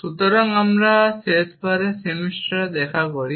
সুতরাং আমরা শেষবারের সেমিস্টারে দেখা করি